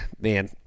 man